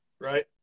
right